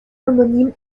homonyme